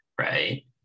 right